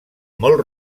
molt